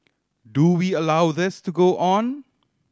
do we allow this to go on